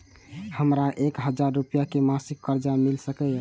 हमरा एक हजार रुपया के मासिक कर्जा मिल सकैये?